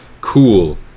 cool